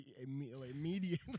immediately